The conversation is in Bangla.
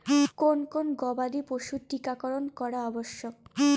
কোন কোন গবাদি পশুর টীকা করন করা আবশ্যক?